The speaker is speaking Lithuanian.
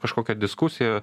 kažkokią diskusiją